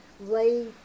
lay